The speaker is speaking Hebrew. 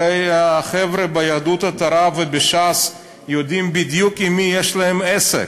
הרי החבר'ה ביהדות התורה ובש"ס יודעים בדיוק עם מי יש להם עסק.